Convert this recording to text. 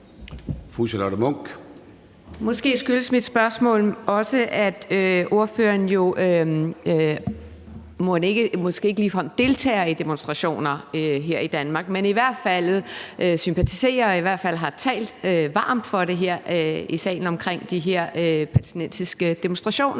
Måske skyldes mit spørgsmål også, at ordføreren om end ikke ligefrem deltager i demonstrationer her i Danmark, så i hvert fald sympatisererog har talt varmt for det her i salen i forhold til de her palæstinensiske demonstrationer.